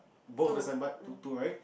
both the signboard two two right